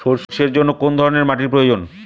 সরষের জন্য কোন ধরনের মাটির প্রয়োজন?